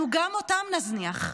אנחנו גם אותם נזניח.